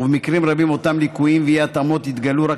ובמקרים רבים אותם ליקויים ואי-התאמות יתגלו רק